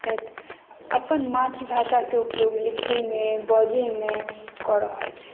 छथि अपन मातृभाषा के उपयोग लिखय मे बाजय मे कऽ रहल छथि